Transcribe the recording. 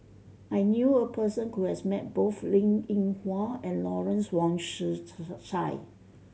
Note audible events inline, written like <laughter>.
I knew a person who has met both Linn In Hua and Lawrence Wong <unintelligible> Tsai